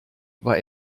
war